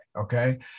okay